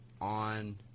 on